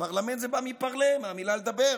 פרלמנט זה בא מ-parler, מהמילה לדבר.